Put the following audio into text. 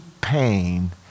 pain